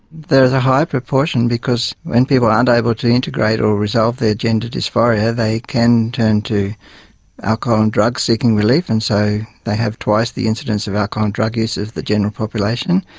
there is a high proportion because when people aren't able to integrate or resolve their gender dysphoria, they can turn to alcohol and drugs seeking relief. and so they have twice the incidence of alcohol and drug use of the general population.